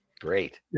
Great